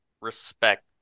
Respect